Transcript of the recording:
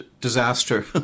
disaster